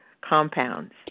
compounds